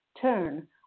turn